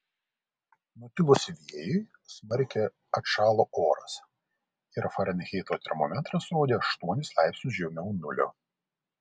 nutilus vėjui smarkiai atšalo oras ir farenheito termometras rodė aštuonis laipsnius žemiau nulio